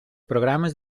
programes